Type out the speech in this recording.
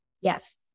Yes